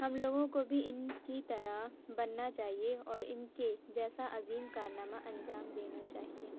ہم لوگوں کو بھی ان کی طرح بننا چاہیے اور ان کے جیسا عظیم کارنامہ انجام دینا چاہیے